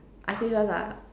I say first ah